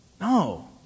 No